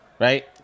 right